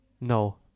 No